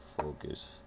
focus